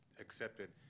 accepted